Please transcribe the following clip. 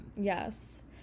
yes